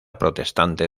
protestante